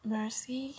Mercy